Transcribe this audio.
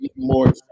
more